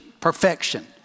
perfection